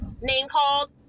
name-called